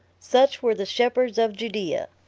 such were the shepherds of judea!